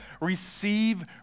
receive